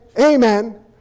amen